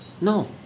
No